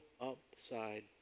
upside